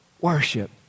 worship